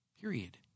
period